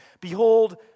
Behold